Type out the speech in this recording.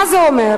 מה זה אומר?